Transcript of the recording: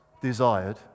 desired